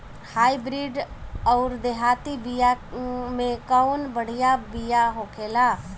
Hybrid अउर देहाती बिया मे कउन बढ़िया बिया होखेला?